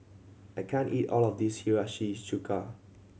I can't eat all of this Hiyashi Chuka